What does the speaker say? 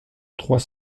trois